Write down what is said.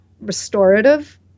Restorative